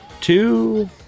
two